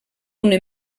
una